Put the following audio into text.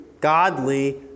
godly